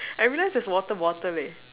I realize there's water bottle leh